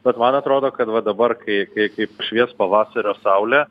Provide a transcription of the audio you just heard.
bet man atrodo kad va dabar kai kai kai pašvies pavasario saulė